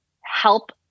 help